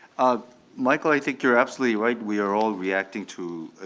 michael, i think you're absolutely right we are all reacting to,